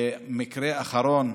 מקרה אחרון,